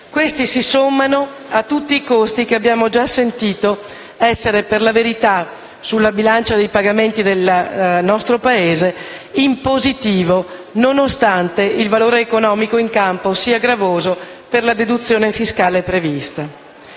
che si sommano a tutti i costi - per la verità lo abbiamo già sentito - che sono sulla bilancia dei pagamenti del nostro Paese in positivo, nonostante il valore economico in campo sia gravoso per la deduzione fiscale prevista.